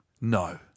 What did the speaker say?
No